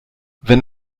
wenn